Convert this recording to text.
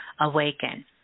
awaken